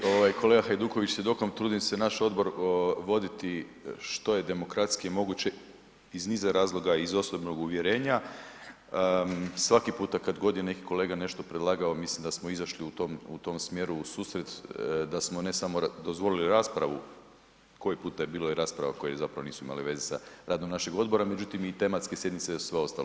Pa mislim da ste vi ovaj kolega Hajduković svjedokom, trudim se naš odbor voditi što je demokratskije moguće iz niza razloga i iz osobnog uvjerenja, svaki puta kad god je neki kolega nešto predlagao mislim da smo izašli u tom, u tom smjeru u susret, da smo ne samo dozvolili raspravu, koji puta je bilo i rasprava koje zapravo nisu imale veze sa radom našeg odbora, međutim i tematske sjednice i sve ostalo.